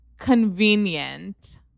Convenient